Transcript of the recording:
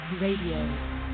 Radio